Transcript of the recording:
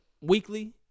weekly